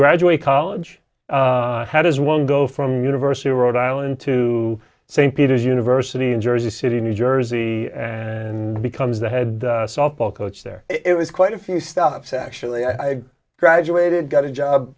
graduate college how does one go from university of rhode island to st peters university in jersey city new jersey becomes the head softball coach there it was quite a few stops actually i graduated got a job